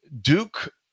Duke